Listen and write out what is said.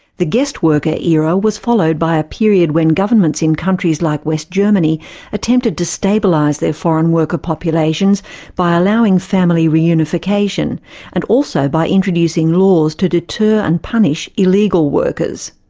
the guest worker era was followed by a period when governments in countries like west germany attempted to stabilise their foreign worker populations by allowing family reunification and also by introducing laws to deter and punish illegal workers.